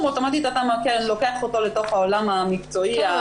אוטומטית אתה לוקח אותו לתוך העולם המקצועי ה --- כן,